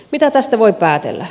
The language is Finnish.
mitä tästä voi päätellä